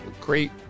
great